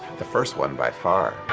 the first one, by far.